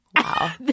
Wow